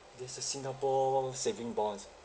there's a singapore saving bonds ah